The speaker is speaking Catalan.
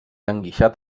enguixat